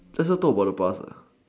let's not talk about the past